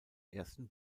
ersten